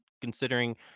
considering